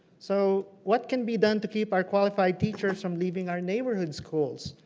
so what can be done to keep our qualified teachers from leaving our neighborhood schools?